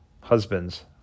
Husbands